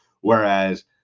Whereas